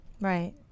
Right